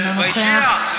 אני מזכיר מה אמרתי.